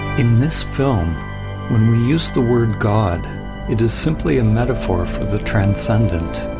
in this film when we use the word god it is simply a metaphor for the transcendent,